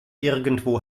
irgendwo